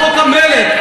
בחוק המלט,